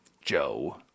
Joe